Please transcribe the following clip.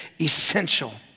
essential